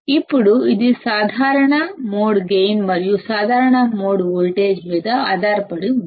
ఇప్పుడు ఇది common mode gain మరియు కామన్ మోడ్ వోల్టేజ్ మీద ఆధారపడి ఉంటుంది